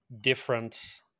different